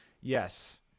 Yes